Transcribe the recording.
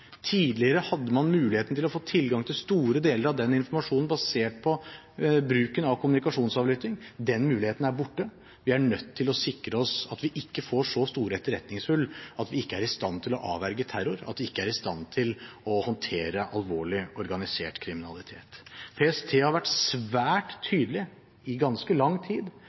Tidligere hadde en muligheten til å få tilgang til store deler av denne informasjonen basert på bruken av kommunikasjonsavlytting. Den muligheten er borte. Vi er nødt til å sikre oss at vi ikke får så store etterretningshull at vi ikke er i stand til å avverge terror, og at vi ikke er i stand til å håndtere alvorlig organisert kriminalitet. PST har i ganske lang tid